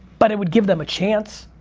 but it would give them a chance.